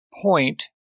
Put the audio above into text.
point